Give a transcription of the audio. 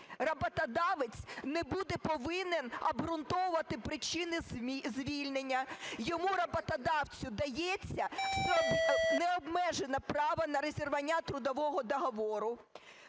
Роботодавець не буде повинен обґрунтовувати причини звільнення. Йому, роботодавцю, дається необмежене право на розірвання трудового договору.